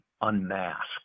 unmasked